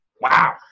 wow